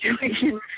situation